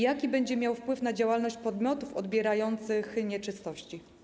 Jaki będzie miał wpływ na działalność podmiotów odbierających nieczystości?